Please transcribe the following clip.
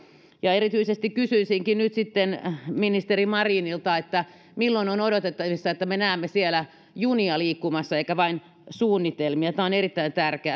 erityisesti kysyisinkin nyt sitten ministeri marinilta milloin on odotettavissa että me näemme siellä junia liikkumassa emmekä vain suunnitelmia tämä on erittäin